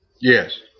Yes